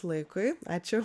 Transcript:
laikui ačiū